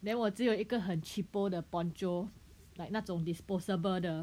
then 我只有一个很 cheapo 的 poncho like 那种 disposable 的